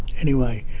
anyway,